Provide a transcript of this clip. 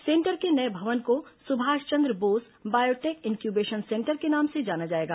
centre के नये भवन को Subhash Chandra Bose biotech incubation centre के नाम से जाना जाएगा